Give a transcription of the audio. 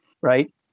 right